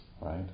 right